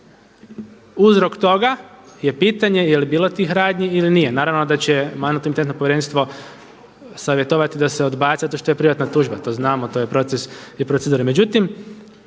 Uzrok to ga je pitanje je li bilo tih radnji ili nije. Naravno da će Mandatno-imunitetno povjerenstvo savjetovati da se odbaci zato što je privatna tužba, to znamo, to je proces i procedura.